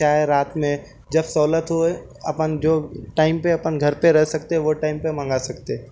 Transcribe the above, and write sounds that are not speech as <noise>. چاہے رات میں جب سہولت ہوئے <unintelligible> جو ٹائم پہ <unintelligible> گھر پہ رہ سکتے وہ ٹائم پہ منگا سکتے